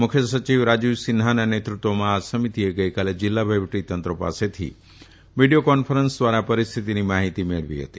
મુખ્ય સચિવ રાજીવ સિન્હાના નેતૃત્વમાં આ સમિતિએ ગઇકાલે જીલ્લા વફીવટી તંત્રો પાસેથી વીડીયો કોન્ફરસ ઘ્વારા પરિસ્થિતીની માહિતી મેળવી હતી